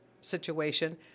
situation